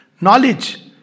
knowledge